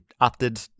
opted